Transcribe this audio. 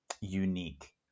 unique